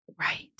Right